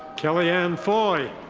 kellyanne foye.